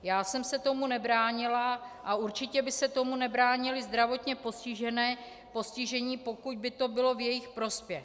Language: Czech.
Já jsem se tomu nebránila a určitě by se tomu nebránili zdravotně postižení, pokud by to bylo v jejich prospěch.